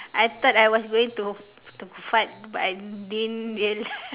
I thought I was going to to fart but I didn't real~